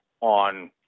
on